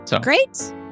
Great